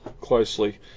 closely